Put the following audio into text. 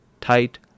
tight